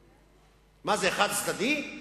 חד-צדדי?